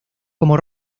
como